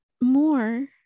more